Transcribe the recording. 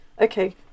okay